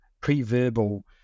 pre-verbal